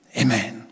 amen